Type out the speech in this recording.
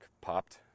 popped